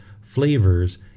flavors